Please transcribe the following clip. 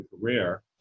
career